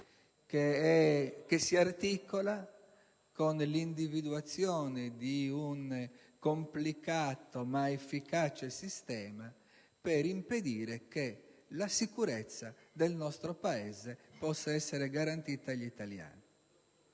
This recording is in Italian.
che si articola con l'individuazione di un complicato ma efficace sistema per impedire che la sicurezza del nostro Paese possa essere garantita agli italiani.